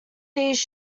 these